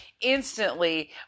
instantly